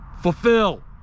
fulfill